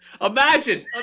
Imagine